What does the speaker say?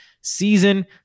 season